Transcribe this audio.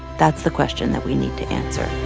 that's the question that we need to answer